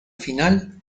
final